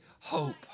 hope